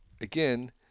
again